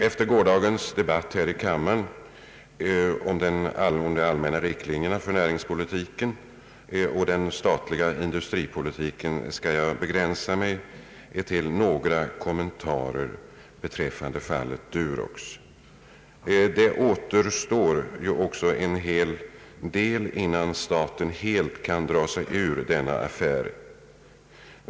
Efter gårdagens debatt här i kammaren om de allmänna riktlinjerna för näringspolitiken skall jag begränsa mig till några kommentarer beträffande fallet Durox. Det återstår ju åtskilligt innan staten helt kan dra sig ur denna affär.